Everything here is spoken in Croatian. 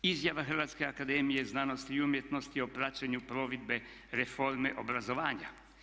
Izjava Hrvatske akademije znanosti i umjetnosti o praćenju provedbe reforme obrazovanja.